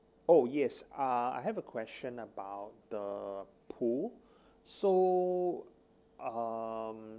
oh yes uh I have a question about the pool so um